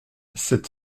cette